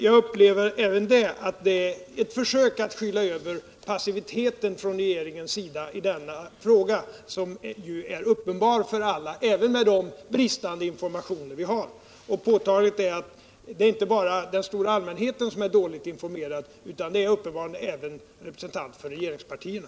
Jag uppfattar debatten även i denna fråga som ctt försök att skyla över regeringens passivitet, som ju är uppenbar för alla, även med de bristfälliga informationer vi har. Påtagligt är att inte bara den stora allmänheten är dåligt informerad, utan det är uppenbarligen även representanter för regeringspartierna.